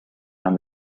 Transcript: and